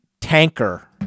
tanker